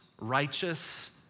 righteous